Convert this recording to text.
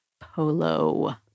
polo